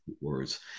words